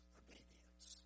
obedience